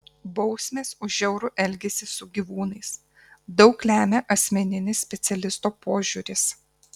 bausmės už žiaurų elgesį su gyvūnais daug lemia asmeninis specialisto požiūris